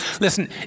listen